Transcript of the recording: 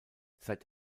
seit